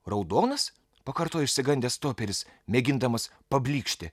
raudonas pakartojo išsigandęs toperis mėgindamas pablykšti